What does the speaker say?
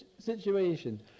situation